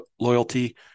loyalty